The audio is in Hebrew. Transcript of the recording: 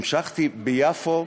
המשכתי ביפו,